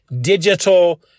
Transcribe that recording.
Digital